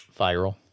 Viral